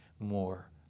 more